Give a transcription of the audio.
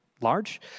large